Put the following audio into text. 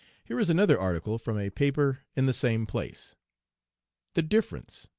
here is another article from a paper in the same place the difference.